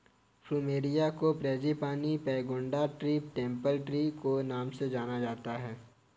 plumeria को frangipani, pagoda tree, temple tree नाम से भी जाना जाता है